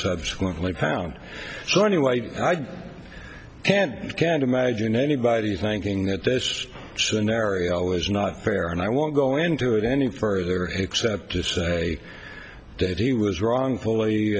subsequently found so many white and i can't imagine anybody thinking that this scenario is not fair and i won't go into it any further except to say that he was wrongfully